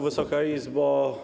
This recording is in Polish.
Wysoka Izbo!